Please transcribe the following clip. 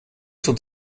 sont